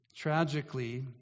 Tragically